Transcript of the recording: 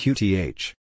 Qth